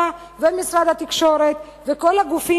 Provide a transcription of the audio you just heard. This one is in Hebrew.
זה אתה ומשרד התקשורת וכל הגופים,